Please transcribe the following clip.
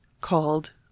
called